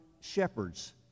shepherds